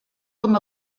com